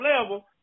level